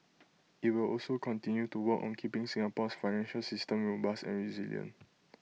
IT will also continue to work on keeping Singapore's financial system robust and resilient